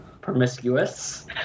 promiscuous